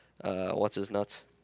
what's-his-nuts